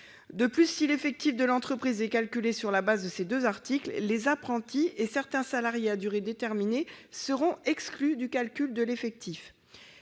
De plus, si l'effectif de l'entreprise est calculé sur la base de ces deux articles, les apprentis et certains salariés employés à durée déterminée sont exclus du calcul de l'effectif.